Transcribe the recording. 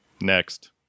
next